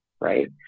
right